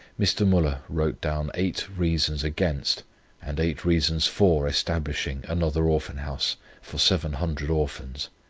mr. muller wrote down eight reasons against and eight reasons for establishing another orphan-house for seven hundred orphans.